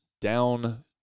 down